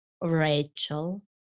Rachel